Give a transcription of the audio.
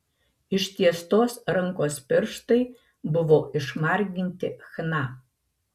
ištiestos rankos pirštai buvo išmarginti chna